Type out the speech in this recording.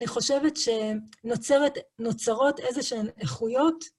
היא חושבת שנוצרות איזשהן איכויות.